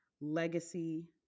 legacy